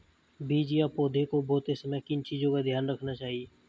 बीज या पौधे को बोते समय किन चीज़ों का ध्यान रखना चाहिए?